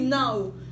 now